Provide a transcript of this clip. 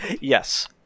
Yes